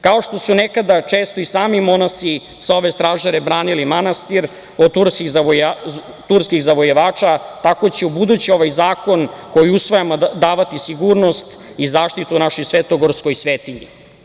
Kao što su nekada često i sami monasi sa ove stražare branili manastir od turskih zavojevača, tako će u buduće ovaj zakon koji usvajamo, davati sigurnost i zaštitu našoj svetogorskoj svetinji.